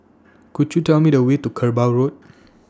Could YOU Tell Me The Way to Kerbau Road